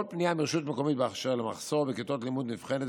כל פנייה מרשות מקומית באשר למחסור בכיתות לימוד נבחנת